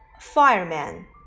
fireman